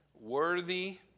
worthy